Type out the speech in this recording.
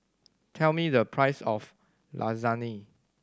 tell me the price of Lasagne